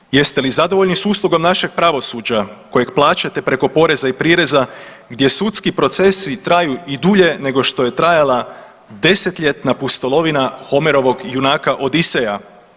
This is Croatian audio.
Dragi ljudi, jeste li zadovoljni s uslugom našeg pravosuđa kojeg plaćate preko poreza i prireza gdje sudski procesi traju i dulje nego što je trajala 10-ljetna pustolovina Homerovog junaka Odiseja?